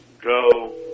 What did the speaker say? go